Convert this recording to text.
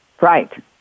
Right